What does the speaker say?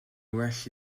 well